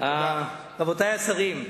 רבותי השרים,